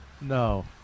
no